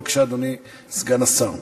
בבקשה, אדוני סגן השר.